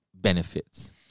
benefits